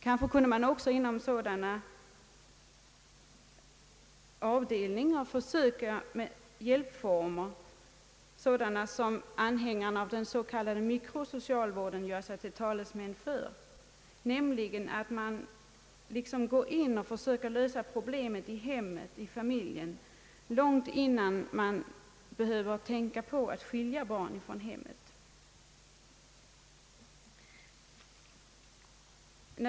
Kanske skulle man också inom dessa avdelningar kunna göra försök med sådana hjälpformer som anhängarna av den s.k. mikrosocialvården gör sig till talesmän för. Tanken med sådana hjälpformer är att man griper in och försöker lösa problemen i hemmet långt innan man behöver tänka på att skilja barnet från hemmet.